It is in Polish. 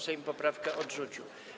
Sejm poprawkę odrzucił.